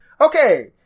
okay